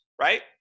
right